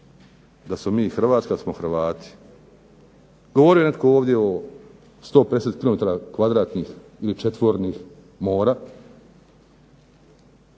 da smo mi Hrvatska i da smo Hrvati? Govorio je netko ovdje o 150 km kvadratnih ili četvornih mora.